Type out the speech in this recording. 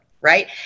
right